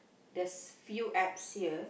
there's few apps here